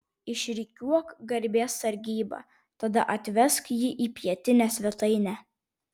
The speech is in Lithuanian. išrikiuok garbės sargybą tada atvesk jį į pietinę svetainę